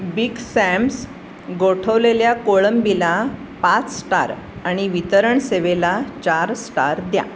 big Sam's गोठवलेल्या कोळंबीला पाच स्टार आणि वितरण सेवेला चार स्टार द्या